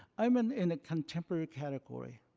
i'm in in a contemporary category.